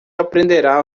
aprenderá